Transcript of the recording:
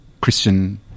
Christian